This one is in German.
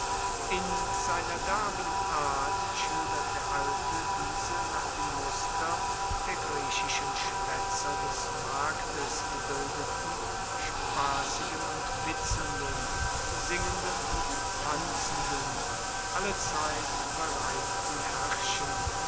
in seiner derben art schildert der alte diese nach dem muster der griechischen schwaetzer des marktes gebildeten spassigen und witzelnden singenden und tanzenden allezeit bereiten herrchen